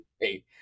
Hey